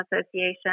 Association